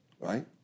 right